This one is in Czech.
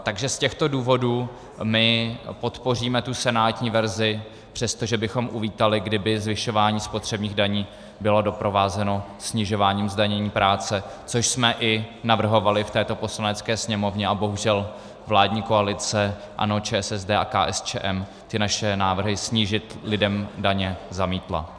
Takže z těchto důvodů my podpoříme tu senátní verzi, přestože bychom uvítali, kdyby zvyšování spotřebních daní bylo doprovázeno snižováním zdanění práce, což jsme i navrhovali v této Poslanecké sněmovně, a bohužel vládní koalice ANO, ČSSD a KSČM ty naše návrhy snížit lidem daně zamítla.